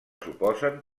suposen